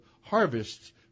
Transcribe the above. harvests